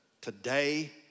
today